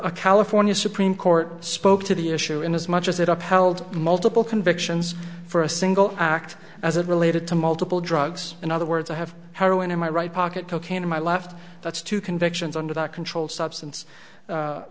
a california supreme court spoke to the issue in as much as it up held multiple convictions for a single act as it related to multiple drugs and the words i have heroin in my right pocket cocaine in my left that's two convictions under that controlled substance